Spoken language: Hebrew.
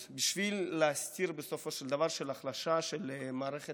להסתיר בסופו של דבר החלשה של מערכת משפט עצמאית.